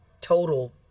total